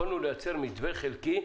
יכולנו לייצר מתווה חלקי,